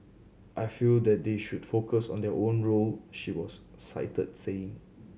I feel that they should focus on their own role she was cited saying